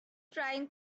trying